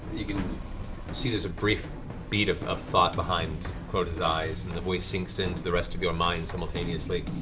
you can see there's a brief bead of of thought behind clarota's eyes and the voice sinks into the rest of your minds simultaneously.